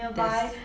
there's